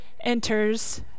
enters